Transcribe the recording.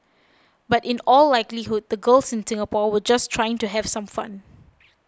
but in all likelihood the girls in Singapore were just trying to have some fun